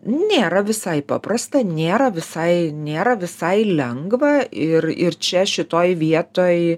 nėra visai paprasta nėra visai nėra visai lengva ir ir čia šitoj vietoj